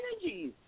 energies